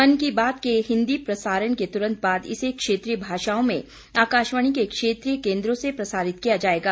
मन की बात के हिन्दी प्रसारण के तुरंत बाद इसे क्षेत्रीय भाषाओं में आकाशवाणी के क्षेत्रीय केन्द्रों से प्रसारित किया जायेगा